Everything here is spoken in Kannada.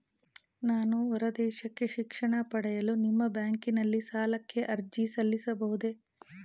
ನಾನು ಹೊರದೇಶಕ್ಕೆ ಶಿಕ್ಷಣ ಪಡೆಯಲು ನಿಮ್ಮ ಬ್ಯಾಂಕಿನಲ್ಲಿ ಸಾಲಕ್ಕೆ ಅರ್ಜಿ ಸಲ್ಲಿಸಬಹುದೇ?